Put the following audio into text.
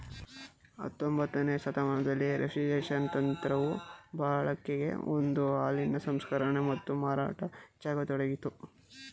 ಹತೊಂಬತ್ತನೇ ಶತಮಾನದಲ್ಲಿ ರೆಫ್ರಿಜರೇಷನ್ ತಂತ್ರವು ಬಳಕೆಗೆ ಬಂದು ಹಾಲಿನ ಸಂಸ್ಕರಣೆ ಮತ್ತು ಮಾರಾಟ ಹೆಚ್ಚಾಗತೊಡಗಿತು